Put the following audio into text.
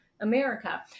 America